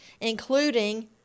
including